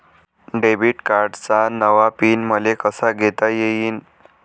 Debit कार्डचा नवा PIN मले कसा घेता येईन?